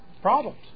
Problems